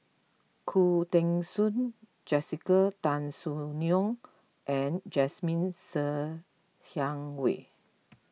Khoo Teng Soon Jessica Tan Soon Neo and Jasmine Ser Xiang Wei